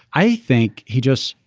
i think he just.